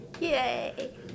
Yay